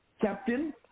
captain